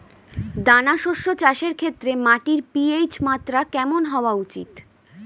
দানা শস্য চাষের ক্ষেত্রে মাটির পি.এইচ মাত্রা কেমন হওয়া উচিৎ?